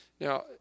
Now